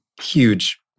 huge